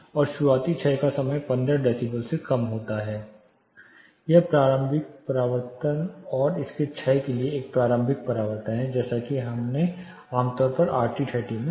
और शुरुआती क्षय का समय 15 डेसीबल से कम होता है यह प्रारंभिक परावर्तन और इसके क्षय के लिए एक प्रारंभिक परावर्तन है जैसा कि मैंने आमतौर पर आरटी 30 कहा था